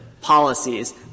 policies